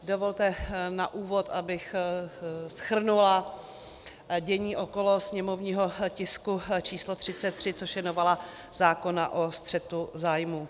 Dovolte na úvod, abych shrnula dění okolo sněmovního tisku číslo 33, což je novela zákona o střetu zájmů.